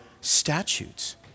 statutes